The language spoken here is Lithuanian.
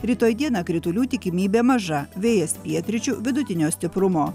rytoj dieną kritulių tikimybė maža vėjas pietryčių vidutinio stiprumo